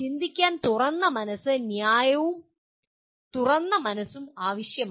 ചിന്തിക്കാൻ തുറന്ന മനസ്സ് ന്യായവും തുറന്ന മനസ്സും ആവശ്യമാണ്